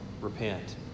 Repent